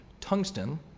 tungsten